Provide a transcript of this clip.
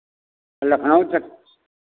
लखनऊ तक